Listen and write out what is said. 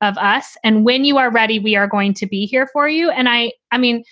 of us. and when you are ready, we are going to be here for you. and i. i mean,